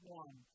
one